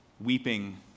weeping